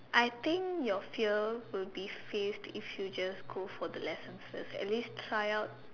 I think your fear will be faced if you just go for the lessons at least try out